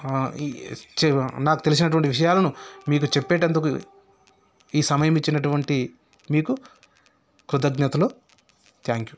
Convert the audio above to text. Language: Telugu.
నాకు తెలిసినటువంటి విషయాలను మీతో చెప్పేటందుకు ఈ సమయం ఇచ్చినటువంటి మీకు కృతజ్ఞతలు థ్యాంక్ యు